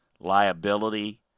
liability